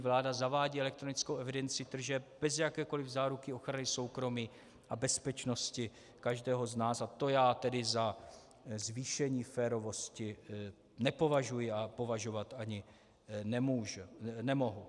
Vláda zavádí elektronickou evidenci tržeb bez jakékoliv záruky ochrany soukromí a bezpečnosti každého z nás a to já tedy za zvýšení férovosti nepovažuji a považovat ani nemohu.